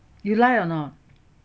you like or not